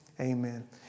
Amen